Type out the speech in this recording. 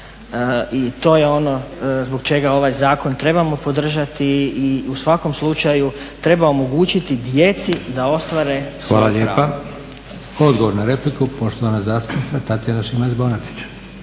i to je ono zbog čega ovaj zakon trebamo podržati i u svakom slučaju treba omogućiti djeci da ostvare svoja prava. **Leko, Josip (SDP)** Hvala lijepa. Odgovor na repliku, poštovana zastupnica Tatjana Šimac-Bonačić.